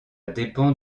dépend